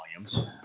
volumes